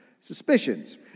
suspicions